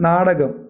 നാടകം